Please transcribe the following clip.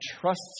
trusts